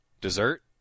Dessert